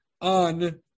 on